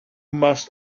must